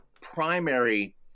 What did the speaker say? primary